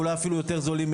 אולי אפילו יותר זולים,